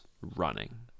running